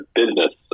business